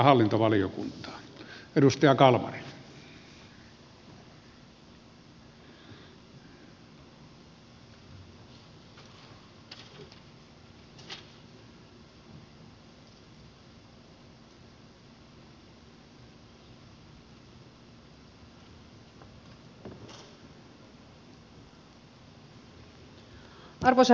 arvoisa herra puhemies